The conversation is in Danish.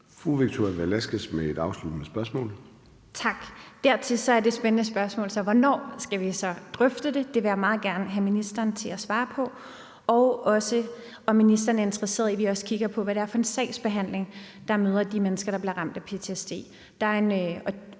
Victoria Velasquez (EL): Tak. Dertil er det spændende spørgsmål så: Hvornår skal vi så drøfte det? Det vil jeg meget gerne have ministeren til at svare på. Et andet spørgsmål er, om ministeren er interesseret i, at vi også kigger på, hvad det er for en sagsbehandling, der møder de mennesker, der bliver ramt af ptsd. Viden